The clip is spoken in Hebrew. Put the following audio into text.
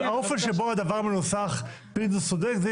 האופן שבו הדבר מנוסח, פינדרוס צודק.